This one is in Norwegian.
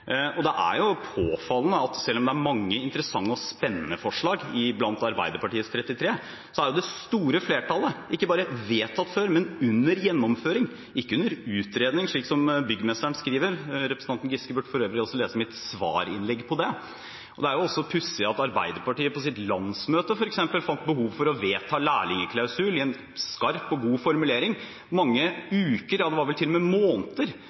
Det er påfallende at selv om det er mange interessante og spennende forslag blant Arbeiderpartiets 33 forslag, er det store flertallet ikke bare vedtatt før, men under gjennomføring – ikke under utredning, slik det står i Byggmesteren. Representanten Giske burde for øvrig også lese mitt svarinnlegg på det. Det er også pussig at Arbeiderpartiet på sitt landsmøte f.eks. fant behov for å vedta lærlingklausul i en skarp og god formulering mange uker – ja, det var vel til og med måneder